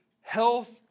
health